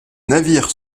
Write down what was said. navires